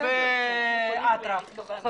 זה לא חדש.